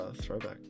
throwback